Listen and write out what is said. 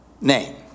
name